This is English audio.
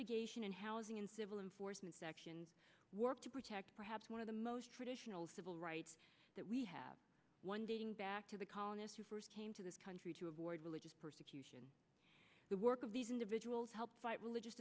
litigation and housing and civil enforcement section work to protect perhaps one of the most traditional civil rights that we have one dating back to the colonists who first came to this country to avoid religious persecution the work of these individuals to help fight religious